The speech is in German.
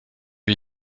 wie